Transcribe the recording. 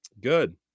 Good